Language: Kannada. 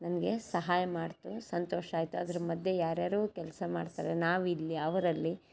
ನನಗೆ ಸಹಾಯ ಮಾಡಿತು ಸಂತೋಷ ಆಯಿತು ಅದ್ರ ಮಧ್ಯೆ ಯಾರು ಯಾರೋ ಕೆಲಸ ಮಾಡ್ತಾರೆ ನಾವಿಲ್ಲಿ ಅವರಲ್ಲಿ